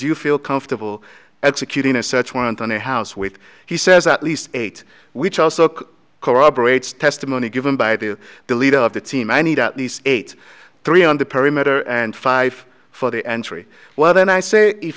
you feel comfortable executing a search warrant on a house with he says at least eight which also corroborates testimony given by the the leader of the team i need at least eight three on the perimeter and five for the entry well then i say if